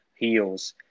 heels